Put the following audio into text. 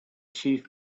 chief